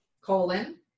colon